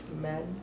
men